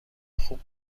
خوب